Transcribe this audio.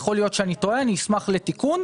יכול להיות שאני טועה, אני אשמח לתיקון.